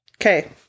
Okay